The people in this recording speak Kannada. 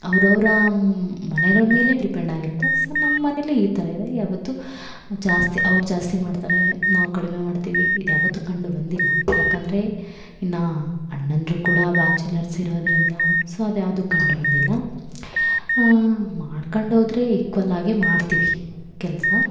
ಅವ್ರವರ ಮನೆಗಳ ಮೇಲೆ ಡಿಪೆಂಡ್ ಆಗಿರುತ್ತೆ ಸೋ ನಮ್ಮಮನೇಲಿ ಈ ಥರ ಇದೆ ಯಾವತ್ತು ಜಾಸ್ತಿ ಅವ್ರು ಜಾಸ್ತಿ ಮಾಡ್ತಾರೇ ನಾವು ಕಡಿಮೆ ಮಾಡ್ತೀವಿ ಇದು ಯಾವತ್ತು ಕಂಡು ಬಂದಿಲ್ಲ ಯಾಕಂದರೆ ಇನ್ನು ಅಣ್ಣಂದಿರು ಕೂಡ ಬ್ಯಾಚುಲರ್ಸ್ ಇರೋದರಿಂದ ಸೋ ಅದ್ಯಾವುದು ಕಂಡು ಬಂದಿಲ್ಲ ಮಾಡ್ಕೊಂಡೋದ್ರೆ ಈಕ್ವಲ್ ಆಗೇ ಮಾಡ್ತೀವಿ ಕೆಲಸ